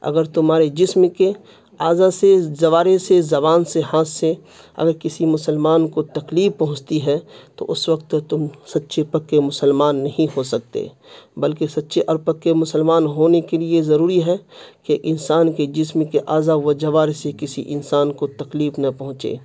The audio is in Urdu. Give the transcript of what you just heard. اگر تمہارے جسم کے اعضاء سے جوارے سے زبان سے ہاتھ سے اگر کسی مسلمان کو تکلیف پہنچتی ہے تو اس وقت تو تم سچے پکے مسلمان نہیں ہو سکتے بلکہ سچے اور پکے مسلمان ہونے کے لیے ضروری ہے کہ انسان کے جسم کے اعضاء و جوارے سے کسی انسان کو تکلیف نہ پہنچے